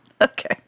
Okay